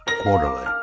Quarterly